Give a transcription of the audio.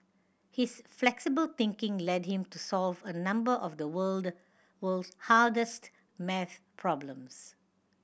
his flexible thinking led him to solve a number of the world world's hardest maths problems